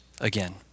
again